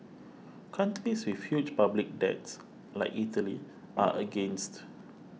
countries with huge public debts like Italy are against